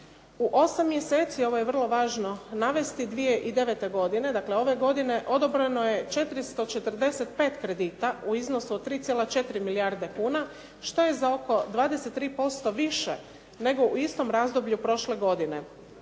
U 8 mjeseci, ovo je vrlo važno navesti, 2009. godine, dakle ove godine, odobreno je 445 kredita u iznosu od 3,4 milijarde kuna što je za oko 23% više nego u istom razdoblju prošle godine.